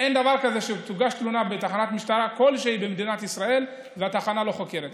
דבר כזה שתוגש תלונה בתחנת משטרה כלשהי במדינת ישראל והתחנה לא חוקרת.